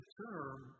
term